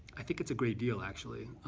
i think it's a great deal actually.